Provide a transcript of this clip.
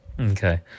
Okay